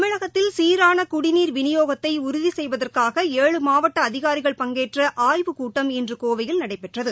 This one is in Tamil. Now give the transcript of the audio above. தமிழகத்தில் சீரான குடிநீர் விநியோகத்தை உறுதி செய்வதற்காக ஏழு மாவட்ட அதிகாரிகள் பங்கேற்ற ஆய்வுக் கூட்டம் இன்று கோவையில் நடைபெற்றது